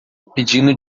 pedindo